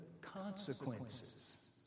consequences